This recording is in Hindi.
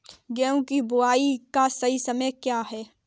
गेहूँ की बुआई का सही समय क्या है?